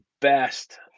best